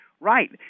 Right